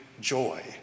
joy